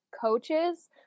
coaches